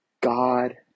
God